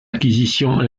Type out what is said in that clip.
acquisition